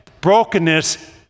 brokenness